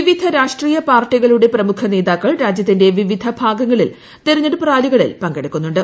വിവിധ രാഷ്ട്രീയ പാർട്ടികളുടെ പ്രമുഖ നേതാക്കൾ രാജ്യത്തിന്റെ വിവിധ ഭാഗങ്ങളിൽ തെരഞ്ഞെടുപ്പ് റാലികളിൽ പങ്കെടുക്കുന്നുണ്ട്